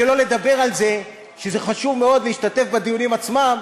שלא לדבר על זה שזה חשוב מאוד להשתתף בדיונים עצמם,